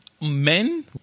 men